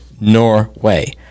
Norway